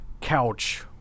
Couch